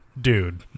dude